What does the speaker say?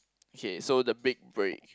okay so the big break